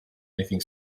anything